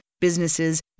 businesses